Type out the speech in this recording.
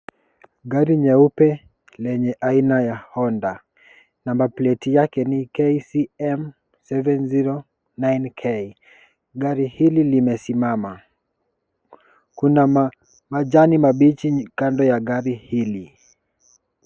Gari nyeupe lenye aina ya Honda. Number plate yake ni KCM 709K. Gari hili limesimama. Kuna majani mabichi kando ya gari hili.